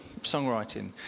songwriting